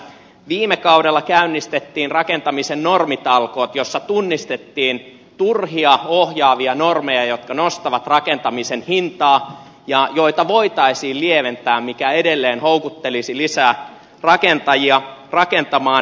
viime kaudella käynnistettiin rakentamisen normitalkoot joissa tunnistettiin turhia ohjaavia normeja jotka nostavat rakentamisen hintaa ja joita voitaisiin lieventää mikä edelleen houkuttelisi lisää rakentajia rakentamaan